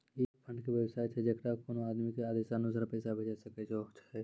ई एक फंड के वयवस्था छै जैकरा कोनो आदमी के आदेशानुसार पैसा भेजै सकै छौ छै?